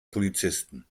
polizisten